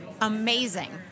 Amazing